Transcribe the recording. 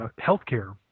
healthcare